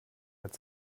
als